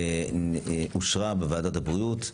אושר בוועדת הבריאות,